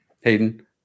Hayden